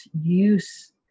use